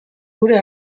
gure